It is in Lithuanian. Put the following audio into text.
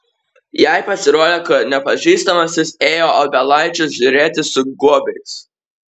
jai pasirodė kad nepažįstamasis ėjo obelaičių žiūrėti su guobiais